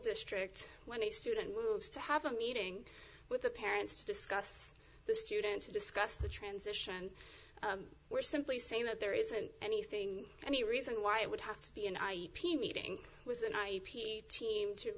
district when the student moves to have a meeting with the parents to discuss the student to discuss the transition we're simply saying that there isn't anything any reason why it would have to be an i p meeting with an i p a team to